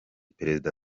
perezida